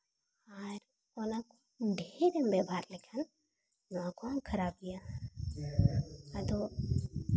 ᱟᱨ ᱚᱱᱟ ᱰᱷᱮᱨ ᱮᱢ ᱵᱮᱵᱚᱦᱟᱨ ᱞᱮᱠᱷᱟᱱ ᱱᱚᱣᱟ ᱠᱚᱦᱚᱸ ᱠᱷᱟᱨᱟᱯ ᱜᱮᱭᱟ ᱟᱫᱚ